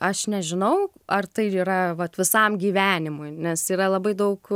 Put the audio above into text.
aš nežinau ar tai yra vat visam gyvenimui nes yra labai daug